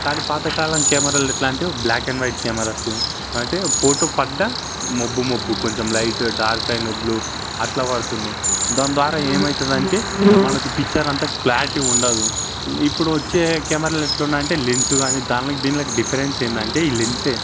కానీ పాత కాలం కేమెరాలు ఎట్లాంటే బ్లాక్ అండ్ వైట్ కేమెరాసు అంటే ఫోటో పడ్డా మబ్బు మబ్బు కొంచెం లైట్గా డార్క్గా అండ్ బ్లూ అట్లా పడుతుండే దాని ద్వారా ఏమవుతుందంటే మనకు పిక్చర్ అంత క్లారిటీ ఉండదు ఇప్పుడు వచ్చే కేమెరాలు ఎట్లున్నాయంటే లెన్సు కానీ దానిలోకి దీనిలోకి డిఫరెన్స్ ఏందంటే ఈ లెన్సే